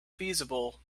feasible